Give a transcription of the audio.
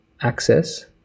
access